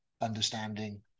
understanding